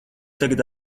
tagad